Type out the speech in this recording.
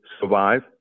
survive